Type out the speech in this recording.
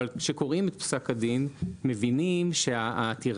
אבל כשקוראים את פסק הדין מבינים שהעתירה,